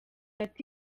ati